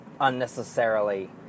unnecessarily